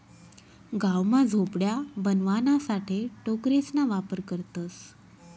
गाव मा झोपड्या बनवाणासाठे टोकरेसना वापर करतसं